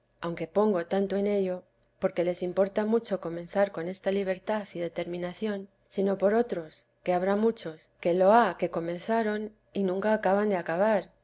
aunque pongo tanto en ello porque les importa mucho comenzar con esta libertad y determinación sino por otros que habrá muchos que lo ha que comenzaron y nunca acaban de acabar